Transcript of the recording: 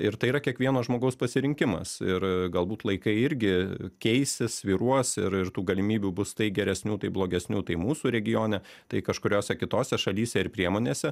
ir tai yra kiekvieno žmogaus pasirinkimas ir galbūt laikai irgi keisis svyruos ir ir tų galimybių bus tai geresnių tai blogesnių tai mūsų regione tai kažkuriose kitose šalyse ir priemonėse